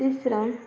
तिसरं